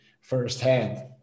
firsthand